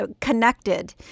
connected